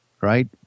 right